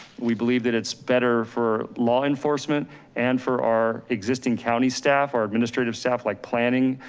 we believe that it's better for law enforcement and for our existing county staff, our administrative staff like planning,